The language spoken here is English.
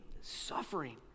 suffering